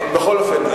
בכל אופן,